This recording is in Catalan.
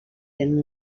tenen